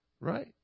Right